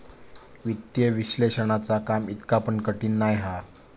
वित्तीय विश्लेषणाचा काम इतका पण कठीण नाय हा